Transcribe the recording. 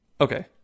okay